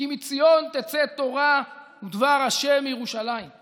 "כי מציון תצא תורה ודבר ה' מירושלָ‍ִם";